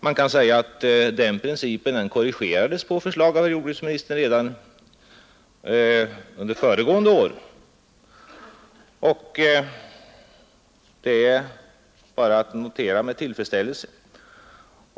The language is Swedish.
Man kan säga att den principen korrigerades på förslag av jordbruksministern redan under föregående år, och det är bara att notera med tillfredsställelse.